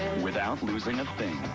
without losing a thing.